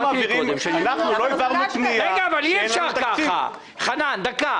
אנחנו לא העברנו פנייה כאשר אין לנו תקציב.